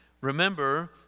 Remember